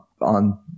on